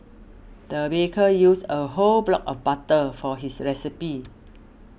the baker used a whole block of butter for his recipe